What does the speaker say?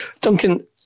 Duncan